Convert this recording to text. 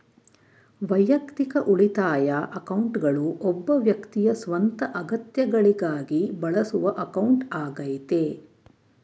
ವೈಯಕ್ತಿಕ ಉಳಿತಾಯ ಅಕೌಂಟ್ಗಳು ಒಬ್ಬ ವ್ಯಕ್ತಿಯ ಸ್ವಂತ ಅಗತ್ಯಗಳಿಗಾಗಿ ಬಳಸುವ ಅಕೌಂಟ್ ಆಗೈತೆ